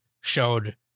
showed